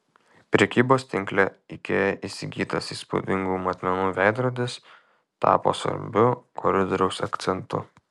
prekybos tinkle ikea įsigytas įspūdingų matmenų veidrodis tapo svarbiu koridoriaus akcentu